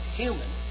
human